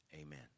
Amen